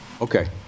Okay